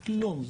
כלום,